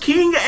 King